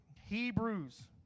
Hebrews